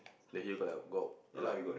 then you got like got like